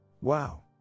wow